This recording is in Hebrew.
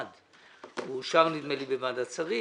הוא אושר נדמה לי בוועדת שרים.